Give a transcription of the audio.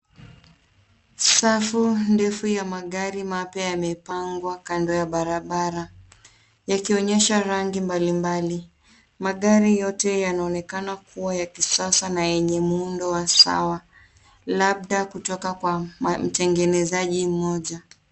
Safu ndefu ya magari mapya yamepangwa kando ya barabara, yakionyesha rangi mbalimbali. Magari yote yanaonekana kuwa ya kisasa na yenye muundo wa sawa labda kutoka kwa mtengenezaji mmoja.